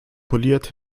poliert